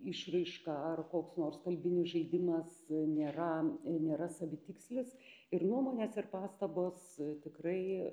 išraiška ar koks nors kalbinis žaidimas nėra nėra savitikslis ir nuomonės ir pastabos tikrai